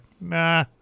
nah